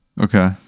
Okay